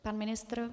Pan ministr?